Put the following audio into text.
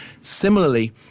Similarly